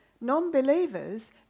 non-believers